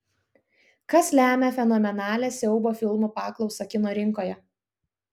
kas lemia fenomenalią siaubo filmų paklausą kino rinkoje